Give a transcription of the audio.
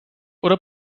oder